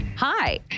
Hi